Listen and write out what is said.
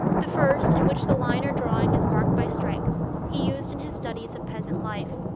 the first, in which the line or drawing is marked by strength, he used in his studies of peasant life.